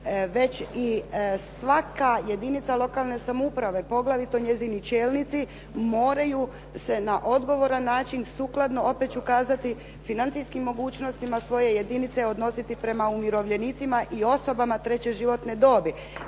već i svaka jedinica lokalne samouprave, poglavito njezini čelnici moraju se na odgovoran način sukladno, opet ću kazati, financijskim mogućnostima svoje jedinice odnositi prema umirovljenicima i osobama treće životne dobi.